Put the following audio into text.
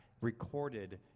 recorded